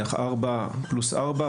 נניח ארבע פלוס ארבע,